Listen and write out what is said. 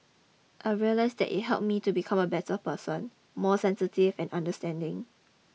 I realised that it helped me to become a better person more sensitive and understanding